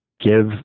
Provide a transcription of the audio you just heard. give